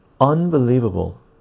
unbelievable